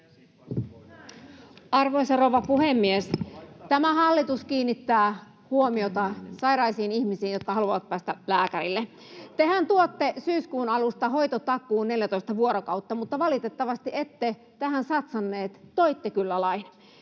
Arvoisa rouva puhemies! Tämä hallitus kiinnittää huomiota sairaisiin ihmisiin, jotka haluavat päästä lääkärille. Tehän tuotte syyskuun alusta hoitotakuun, 14 vuorokautta, mutta valitettavasti ette tähän satsanneet, toitte kyllä lain.